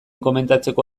komentatzeko